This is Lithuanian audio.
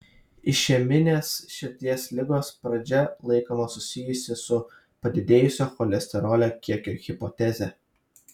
išeminės širdies ligos pradžia laikoma susijusi su padidėjusio cholesterolio kiekio hipoteze